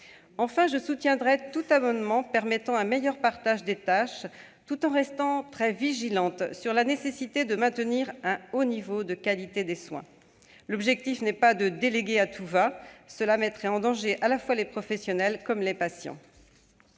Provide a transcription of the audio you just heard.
dont l'adoption aurait pour effet de permettre un meilleur partage des tâches, tout en restant très vigilante sur la nécessité de maintenir un haut niveau de qualité des soins. L'objectif n'est pas de déléguer à tout va- cela mettrait en danger à la fois les professionnels et les patients.